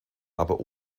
aber